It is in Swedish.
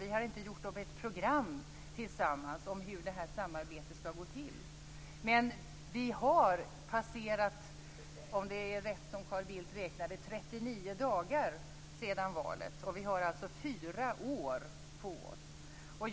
Vi har inte gjort upp ett program tillsammans om hur detta samarbete skall gå till. Men det har passerat - om Carl Bildt räknar rätt - 39 dagar sedan valet, och vi har fyra år på oss.